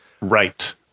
Right